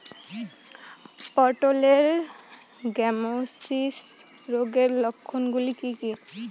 পটলের গ্যামোসিস রোগের লক্ষণগুলি কী কী?